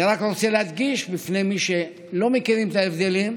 אני רק רוצה להדגיש בפני מי שלא מכירים את ההבדלים,